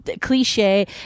cliche